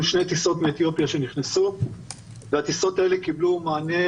שתי טיסות מאתיופיה שנכנסו והטיסות האלה קיבלו מענה